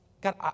God